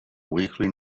weekly